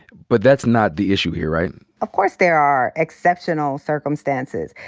but that's not the issue here, right? of course there are exceptional circumstances.